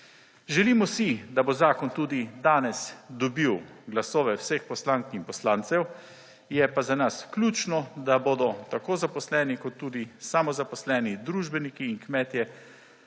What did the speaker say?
Želimo si, da bo zakon tudi danes dobil glasove vseh poslank in poslancev. Je pa za nas ključno, da bodo tako zaposleni kot tudi samozaposleni družbeniki in kmetje